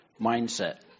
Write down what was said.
mindset